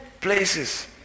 places